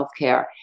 healthcare